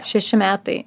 šeši metai